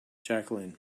jacqueline